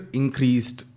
increased